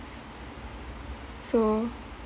so